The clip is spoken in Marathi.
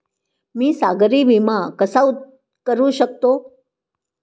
मी सागरी विमा कसा करू शकतो?